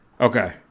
Okay